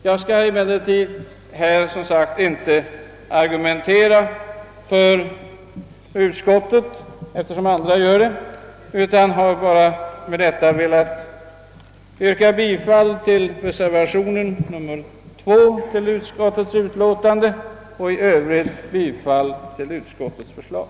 Jag skall emellertid här inte argumentera för utskottet, eftersom andra talare kommer att göra det, utan begränsar mig att yrka bifall till reservation nr 2, och i övrigt bifall till utskottets förslag.